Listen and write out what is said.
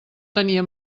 tenia